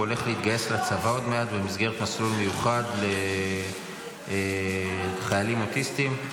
הוא הולך להתגייס לצבא עוד מעט במסגרת מסלול מיוחד לחיילים אוטיסטים.